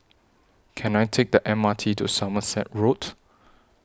Can I Take The M R T to Somerset Road